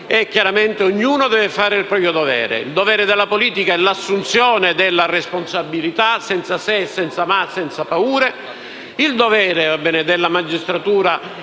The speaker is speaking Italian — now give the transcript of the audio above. chiaramente, ognuno di noi deve fare il proprio dovere. Il dovere della politica è l'assunzione di responsabilità, senza se, senza ma e senza paure. Il dovere della magistratura